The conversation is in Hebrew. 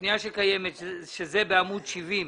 שהיא בעמוד 70,